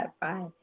Bye